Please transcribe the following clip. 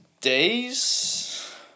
days